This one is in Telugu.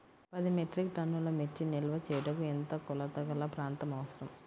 పది మెట్రిక్ టన్నుల మిర్చి నిల్వ చేయుటకు ఎంత కోలతగల ప్రాంతం అవసరం?